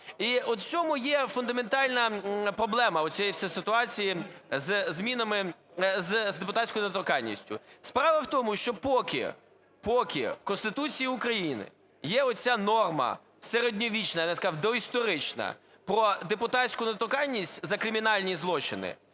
І от в цьому є фундаментальна проблема оцієї всієї ситуації із змінами… з депутатською недоторканністю. Справа в тому, що поки в Конституції України є ця норма середньовічна, я б сказав доісторична, про депутатську недоторканність за кримінальні злочини,